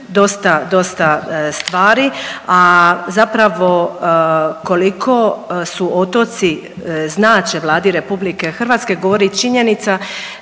dosta stvari, a zapravo koliko su otoci znače Vladi RH govori činjenica